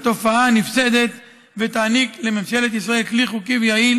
התופעה הנפסדת ותעניק לממשלת ישראל כלי חוקי ויעיל